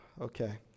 Okay